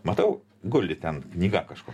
matau guli ten knyga kažko